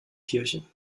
kirche